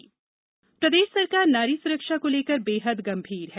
अच्छी खबर प्रदेश सरकार नारी सुरक्षा को लेकर बेहद गंभीर है